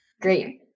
Great